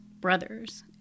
brothers